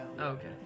Okay